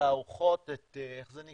למשרד הבריאות: מערכת התערוכות או אולמי